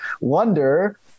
wonder